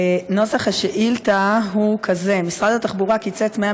נוסח השאילתה הוא כזה: משרד התחבורה קיצץ 100